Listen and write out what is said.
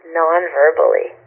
non-verbally